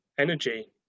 energy